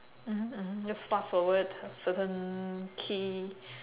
mmhmm mmhmm just fast forward certain key